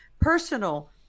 personal